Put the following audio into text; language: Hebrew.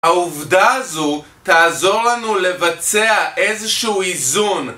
העובדה הזו תעזור לנו לבצע איזשהו איזון